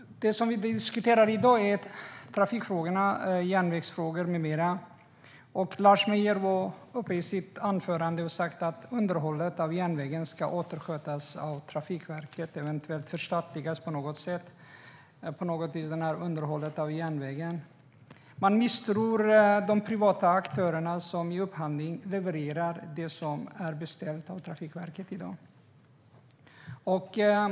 Det som vi diskuterar i dag är trafikfrågorna, järnvägsfrågor med mera. Lars Mejern Larsson har i sitt anförande sagt att underhållet av järnvägen åter ska skötas av Trafikverket och eventuellt förstatligas på något vis. Man misstror de privata aktörerna som i upphandling levererar det som i dag är beställt av Trafikverket.